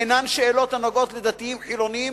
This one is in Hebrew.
אינן שאלות הנוגעות לדתיים-חילונים,